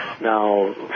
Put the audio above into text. Now